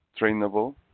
trainable